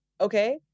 Okay